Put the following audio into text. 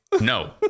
No